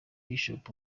bishop